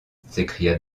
s’écria